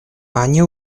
они